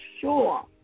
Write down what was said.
sure